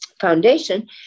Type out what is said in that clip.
foundation